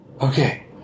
Okay